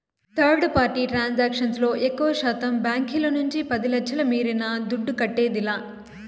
third party transaction లో ఎక్కువశాతం బాంకీల నుంచి పది లచ్ఛల మీరిన దుడ్డు కట్టేదిలా